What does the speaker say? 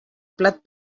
plat